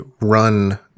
run